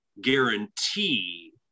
guarantee